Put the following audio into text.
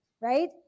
right